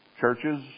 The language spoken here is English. Churches